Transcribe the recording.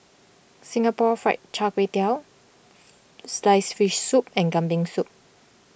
Singapore Fried Kway Tiao Sliced Fish Soup and Kambing Soup